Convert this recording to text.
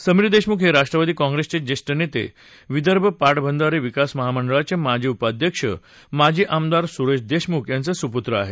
समीर देशमुख हे राष्ट्रवादी काँग्रेसचे ज्येछ नेते विदर्भ पा बिधारे विकास महामंडळाचे माजी उपाध्यक्ष माजी आमदार सुरेश देशमुख यांचे सुपूत्र आहेत